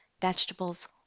vegetables